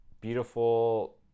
Beautiful